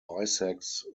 bisects